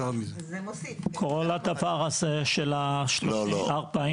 כל הדבר הזה של 40%-75%.